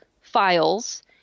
files